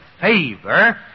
favor